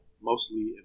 mostly